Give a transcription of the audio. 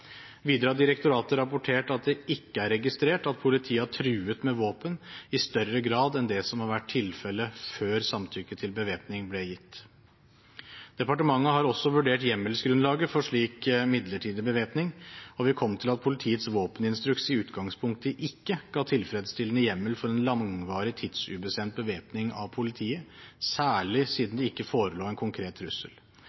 Videre har direktoratet rapportert at det ikke er registrert at politiet har truet med våpen i større grad enn det som har vært tilfellet før samtykke til bevæpning ble gitt. Departementet har også vurdert hjemmelsgrunnlaget for slik midlertidig bevæpning, og vi kom til at politiets våpeninstruks i utgangspunktet ikke ga tilfredsstillende hjemmel for en langvarig og tidsubestemt bevæpning av politiet, særlig siden det ikke forelå en konkret trussel.